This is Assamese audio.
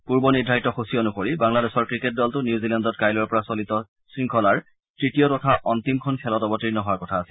পূৰ্ব নিৰ্ধাৰিত সূচী অনুসৰি বাংলাদেশৰ ক্ৰিকেট দলটো নিউজিলেণ্ডত কাইলৈৰ পৰা চলিত শৃংখলাৰ তৃতীয় তথা অন্তিমখন খেলত অৱতীৰ্ণ হোৱাৰ কথা আছিল